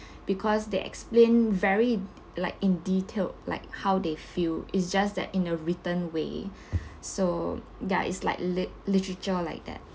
because they explain very like in detail like how they feel it's just that in a written way so that is like lit~ literature like that